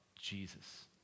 Jesus